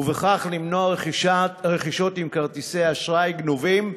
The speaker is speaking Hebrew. וכך למנוע רכישות עם כרטיסי אשראי גנובים,